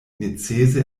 necese